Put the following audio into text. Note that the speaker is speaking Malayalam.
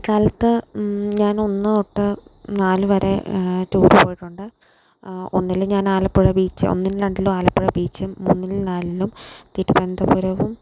കുട്ടിക്കാലത്ത് ഞാൻ ഒന്ന് തൊട്ട് നാലുവരെ ടൂർ പോയിട്ടുണ്ട് ഒന്നിൽ ഞാൻ ആലപ്പുഴ ബീച്ച് ഒന്നിലും രണ്ടിലും ആലപ്പുഴ ബീച്ച് മൂന്നിലും നാലിലും തിരുവനന്തപുരവും